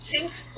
Seems